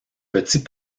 petit